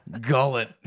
gullet